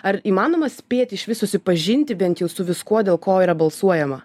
ar įmanoma spėti išvis susipažinti bent jau su viskuo dėl ko yra balsuojama